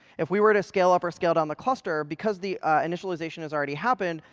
if we were to scale-up or scale-down the cluster, because the initialization has already happened,